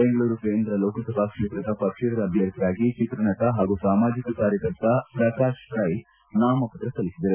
ಬೆಂಗಳೂರು ಕೇಂದ್ರ ಲೋಕಸಭಾ ಕ್ಷೇತ್ರದ ಪಕ್ಷೇತರ ಅಭ್ಯರ್ಥಿಯಾಗಿ ಚಿತ್ರನಟ ಹಾಗೂ ಸಾಮಾಜಿಕ ಕಾರ್ಯಕರ್ತ ಪ್ರಕಾಶ್ ರೈ ನಾಮಪತ್ರ ಸಲ್ಲಿಸಿದರು